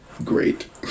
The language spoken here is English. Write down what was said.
Great